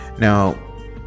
Now